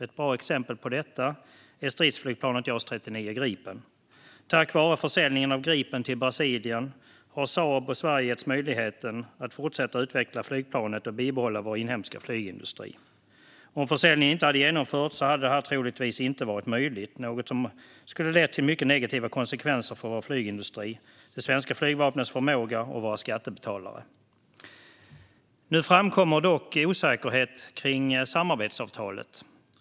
Ett bra exempel på detta är stridsflygplanet JAS 39 Gripen. Tack vare försäljningen av Gripen till Brasilien har Saab och Sverige getts möjligheten att fortsätta utveckla flygplanet och bibehålla vår inhemska flygindustri. Om försäljning inte hade genomförts hade detta troligtvis inte varit möjligt - något som skulle ha lett till mycket negativa konsekvenser för vår flygindustri, det svenska flygvapnets förmåga och våra skattebetalare. Nu framkommer dock osäkerheter kring samarbetsavtalet.